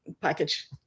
package